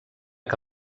que